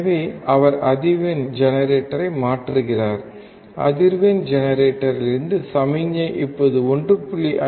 எனவே அவர் அதிர்வெண் ஜெனரேட்டரை மாற்றுகிறார் அதிர்வெண் ஜெனரேட்டரிலிருந்து சமிக்ஞை இப்போது 1